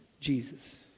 Jesus